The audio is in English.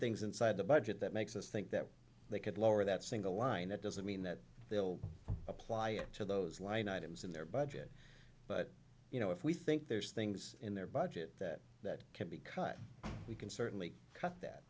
things inside the budget that makes us think that they could lower that single line it doesn't mean that they will apply it to those line items in their budget but you know if we think there's things in their budget that that can be cut we can certainly cut